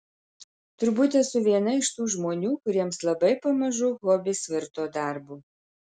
turbūt esu viena iš tų žmonių kuriems labai pamažu hobis virto darbu